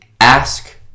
ask